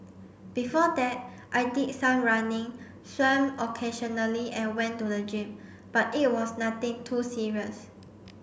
before that I did some running swam occasionally and went to the gym but it was nothing too serious